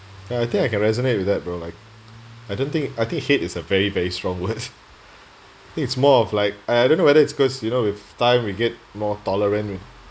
ya I think I can resonate with that bro like I don't think I think hate is a very very strong word think it's more of like I don't know whether it's cause you know with time we get more tolerant